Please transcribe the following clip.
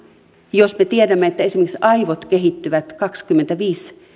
jos me tiedämme että esimerkiksi aivot kehittyvät kaksikymmentäviisi